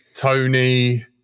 Tony